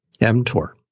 mTOR